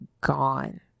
gone